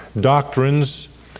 doctrines